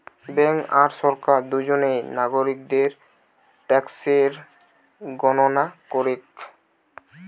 bank আর সরকার দুজনেই নাগরিকদের ট্যাক্সের গণনা করেক